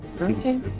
okay